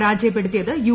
പരാജയപ്പെടുത്തിയത് യു